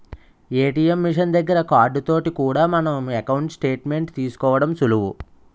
ATM machine దగ్గర card తోటి కూడా మన ఎకౌంటు స్టేట్ మెంట్ తీసుకోవడం సులువు